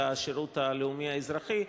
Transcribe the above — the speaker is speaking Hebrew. של השירות הלאומי האזרחי,